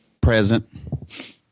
Present